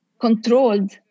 controlled